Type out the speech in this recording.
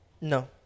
No